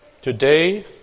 today